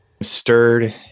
stirred